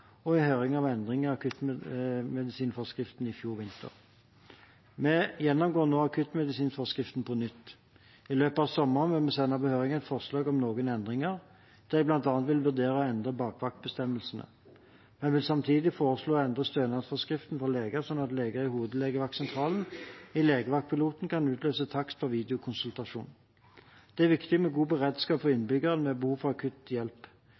sende på høring et forslag om noen endringer, der vi bl.a. vil vurdere å endre bakvaktbestemmelsene. Vi vil samtidig foreslå å endre stønadsforskriften for leger, slik at leger i hovedlegevaktsentralen i legevaktpiloten kan utløse takst for videokonsultasjon. Det er viktig med god beredskap for innbyggere med behov for akutt hjelp.